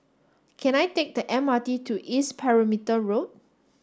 can I take the M R T to East Perimeter Road